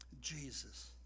Jesus